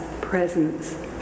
presence